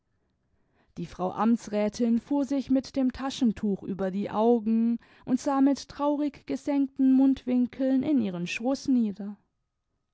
die frau amtsrätin fuhr sich mit dem taschentuch über die augen und sah mit traurig gesenkten mundwinkeln in ihren schoß nieder